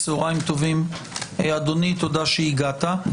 צוהריים טובים, אדוני, תודה שהגעת.